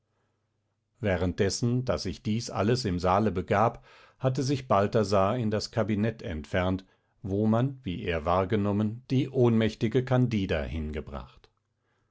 währenddessen daß sich dies alles im saale begab hatte sich balthasar in das kabinett entfernt wo man wie er wahrgenommen die ohnmächtige candida hingebracht